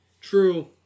True